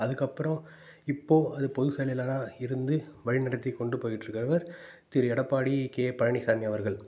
அதுக்கு அப்புறம் இப்போது அது பொது செயலாளராக இருந்து வழி நடத்தி கொண்டு போய்கிட்டுருக்காங்க திரு எடப்பாடி கே பழனிசாமி அவர்கள்